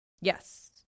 Yes